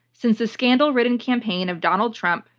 since the scandal-ridden campaign of donald trump,